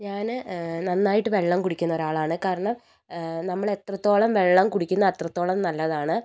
ഞാന് നന്നായിട്ട് വെള്ളം കുടിക്കുന്ന ഒരാളാണ് കാരണം നമ്മള് എത്രത്തോളം വെള്ളം കുടിക്കുന്നോ അത്രത്തോളം നല്ലതാണ്